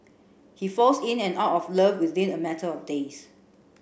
he falls in and out of love within a matter of days